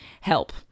Help